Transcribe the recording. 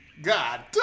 God